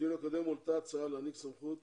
בדיון הקודם הועלתה הצעה להעניק סמכות